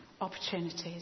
opportunities